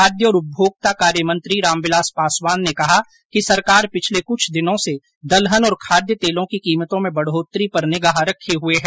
खाद्य और उपभोक्ता कार्य मंत्री रामविलास पासवान ने कहा है कि सरकार पिछले कुछ दिनों से दलहन और खाद्य तेलों की कीमतों में बढ़ोतरी पर निगाह रखें हुए हैं